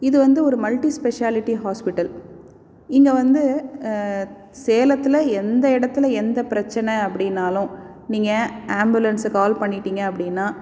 இது வந்து ஒரு மல்டி ஸ்பெஷாலிட்டி ஹாஸ்பிட்டல் இங்கே வந்து சேலத்தில் எந்த இடத்துல எந்த பிரச்சனை அப்படினாலும் நீங்கள் அம்புலன்ஸ்க்கு கால் பண்ணிட்டீங்க அப்படினா